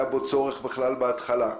היה בו צורך בכלל בהתחלה,